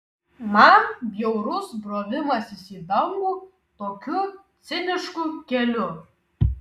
man bjaurus brovimasis į dangų tokiu cinišku keliu